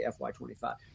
FY25